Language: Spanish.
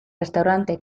restaurante